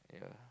yeah